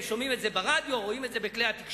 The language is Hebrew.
שומעים את זה ברדיו, רואים את זה בכלי התקשורת.